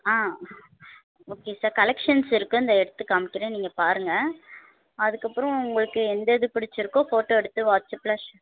ஆ okay sir collections இருக்குது இந்த எடுத்து காமிக்கிறேன் நீங்கள் பாருங்க அதுக்கப்புறம் உங்களுக்கு எந்த இது பிடிச்சுருக்கோ ஃபோட்டோ எடுத்து வாட்ஸ்அப்பில்